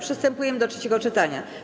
Przystępujemy do trzeciego czytania.